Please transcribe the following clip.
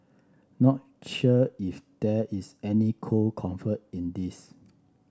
not sure if there is any cold comfort in this